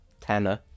Tanner